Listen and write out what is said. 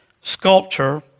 sculpture